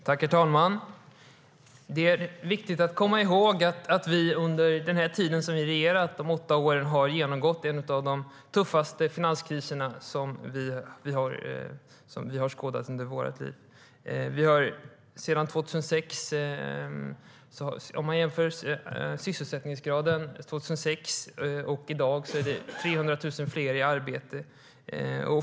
Herr ålderspresident! Det är viktigt att komma ihåg att vi under de åtta år som Alliansen regerade genomgick en av de tuffaste finanskriserna i modern tid. Om man jämför sysselsättningsgraden 2006 med den i dag ser man att det är 300 000 fler i arbete.